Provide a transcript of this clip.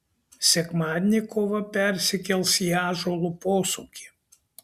sekmadienį kova persikels į ąžuolo posūkį